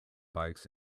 bikes